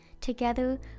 Together